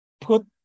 put